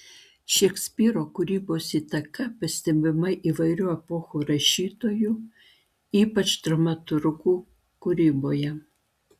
šekspyro kūrybos įtaka pastebima įvairių epochų rašytojų ypač dramaturgų kūryboje